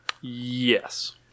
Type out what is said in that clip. Yes